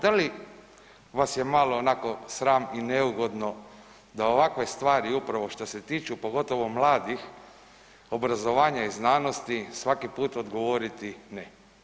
Da li vas je malo onako sram i neugodno da ovakve stvari upravo šta se tiču pogotovo mladih, obrazovanja i znanosti svaki put odgovoriti ne?